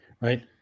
right